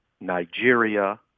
Nigeria